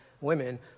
women